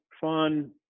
fun